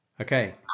Okay